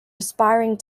aspiring